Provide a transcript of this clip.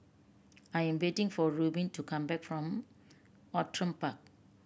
I am waiting for Rubin to come back from Outram Park